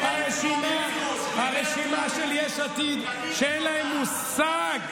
הרשימה של יש עתיד, שאין להם מושג,